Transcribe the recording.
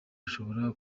ashobora